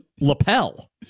lapel